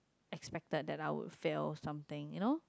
expected that I would fail something you know